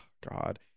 God